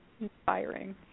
inspiring